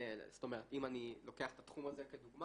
זאת אומרת, אם אני לוקח את התחום הזה כדוגמה,